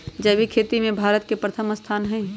जैविक खेती में भारत के प्रथम स्थान हई